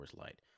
Light